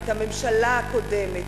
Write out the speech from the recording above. את הממשלה הקודמת,